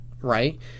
right